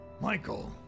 Michael